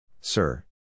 sir